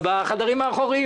בחדרים האחוריים.